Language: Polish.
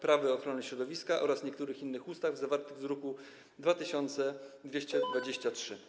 Prawo ochrony środowiska oraz niektórych innych ustaw zawarty w druku nr 2223.